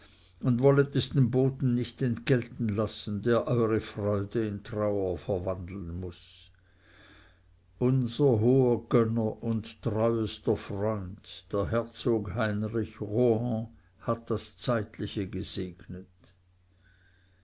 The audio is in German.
und wollet es den boten nicht entgelten lassen der eure freude in trauer verwandeln muß unser hoher gönner und treuester freund der herzog heinrich rohan hat das zeitliche gesegnet